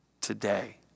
today